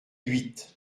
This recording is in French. huit